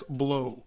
blow